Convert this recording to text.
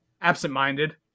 absent-minded